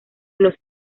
los